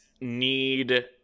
need